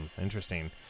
interesting